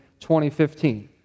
2015